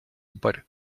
but